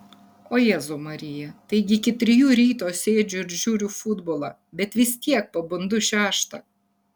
o jėzau marija taigi iki trijų ryto sėdžiu ir žiūriu futbolą bet vis tiek pabundu šeštą